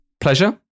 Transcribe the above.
pleasure